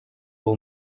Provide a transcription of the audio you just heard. will